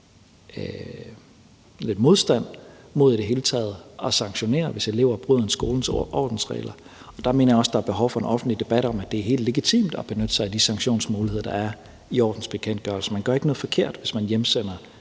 lidt modstand mod i det hele taget at sanktionere, hvis elever bryder skolens ordensregler. Der mener jeg også, at der er behov for en offentlig debat om, at det er helt legitimt at benytte sig af de sanktionsmuligheder, der er i ordensbekendtgørelsen. Man gør ikke noget forkert, hvis man hjemsender